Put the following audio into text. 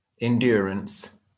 endurance